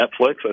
Netflix